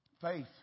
Faith